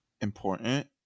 important